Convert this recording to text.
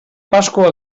pasqua